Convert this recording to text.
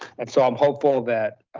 and so i'm hopeful that